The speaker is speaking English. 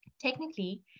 Technically